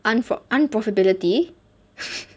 unfor~ unprofibility